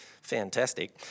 fantastic